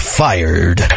fired